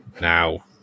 Now